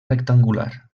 rectangular